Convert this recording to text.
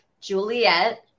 Juliet